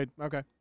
Okay